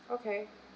okay